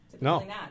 No